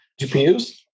GPUs